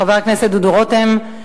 חבר הכנסת דודו רותם,